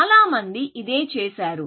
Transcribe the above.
చాలామంది ఇదే చేశారు